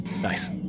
Nice